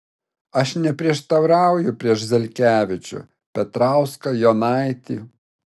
aš neprieštarauju prieš zelkevičių petrauską jonaitį